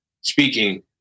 speaking